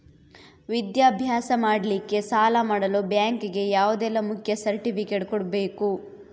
ವಿದ್ಯಾಭ್ಯಾಸ ಮಾಡ್ಲಿಕ್ಕೆ ಸಾಲ ಮಾಡಲು ಬ್ಯಾಂಕ್ ಗೆ ಯಾವುದೆಲ್ಲ ಮುಖ್ಯ ಸರ್ಟಿಫಿಕೇಟ್ ಕೊಡ್ಬೇಕು?